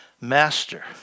master